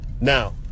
Now